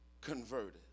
converted